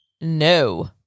no